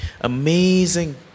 amazing